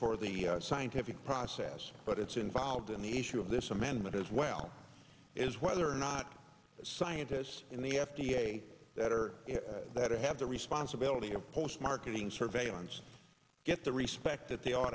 for the scientific process but it's involved in the issue of this amendment as well is whether or not the scientists in the f d a that are that have the responsibility of post marketing surveillance get the respect that they